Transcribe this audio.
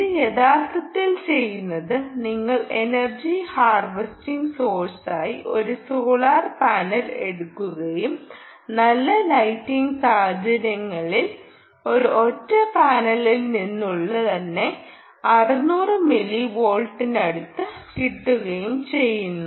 ഇത് യഥാർത്ഥത്തിൽ ചെയ്യുന്നത് നിങ്ങൾ എനർജി ഹാർവെസ്റ്റിംഗ് സോഴ്സായി ഒരു സോളാർ പാനൽ എടുക്കുകയും നല്ല ലൈറ്റിംഗ് സാഹചര്യമാണെങ്കിൽ ഒരൊറ്റ പാനലിൽ നിന്നു തന്നെ 600 മില്ലിവോൾട്ടിനടുത്ത് കിട്ടുകയും ചെയ്യും